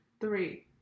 Three